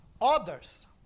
Others